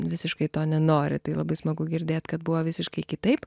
visiškai to nenori tai labai smagu girdėt kad buvo visiškai kitaip